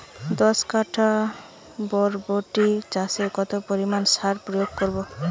দশ কাঠা বরবটি চাষে কত পরিমাণ সার প্রয়োগ করব?